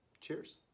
cheers